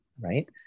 Right